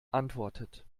antwortet